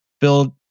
build